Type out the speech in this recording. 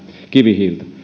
kivihiiltä